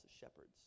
shepherds